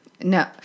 No